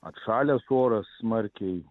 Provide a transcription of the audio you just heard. atšalęs oras smarkiai